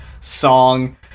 song